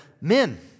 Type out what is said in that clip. Men